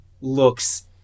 looks